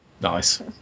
nice